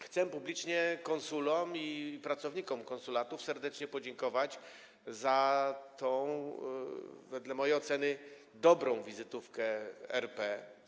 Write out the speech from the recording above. Chcę publicznie konsulom i pracownikom konsulatów serdecznie podziękować za tę, wedle mojej oceny, dobrą wizytówkę RP.